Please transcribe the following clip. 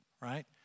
Right